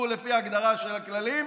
הוא לפי ההגדרה של הכללים,